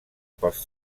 pels